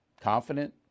Confident